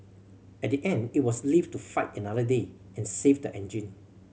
at the end it was live to fight another day and save the engine